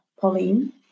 Pauline